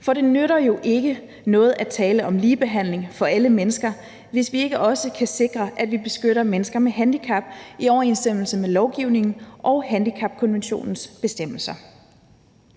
for det nytter jo ikke noget at tale om ligebehandling for alle mennesker, hvis vi ikke også kan sikre, at vi beskytter mennesker med handicap i overensstemmelse med lovgivningen og handicapkonventionens bestemmelser.